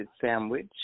sandwich